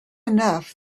enough